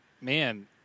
man